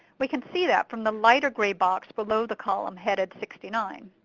we can see that from the lighter gray box below the column headed sixty nine.